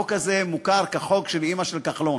החוק הזה מוכר כ"חוק של אימא של כחלון".